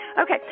Okay